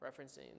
Referencing